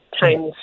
times